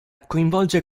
coinvolge